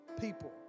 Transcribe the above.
people